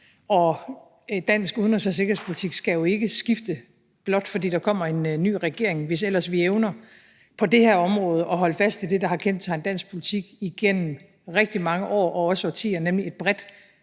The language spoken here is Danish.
Dansk udenrigs- og sikkerhedspolitik skal jo ikke skifte, blot fordi der kommer en ny regering, hvis ellers vi på det her område evner at holde fast i det, der har kendetegnet dansk politik igennem rigtig mange år og også årtier, nemlig et bredt